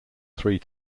three